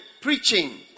preaching